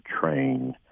train